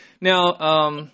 Now